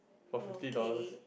for fifty dollars